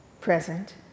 present